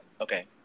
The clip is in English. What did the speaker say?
Okay